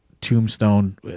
tombstone